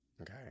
okay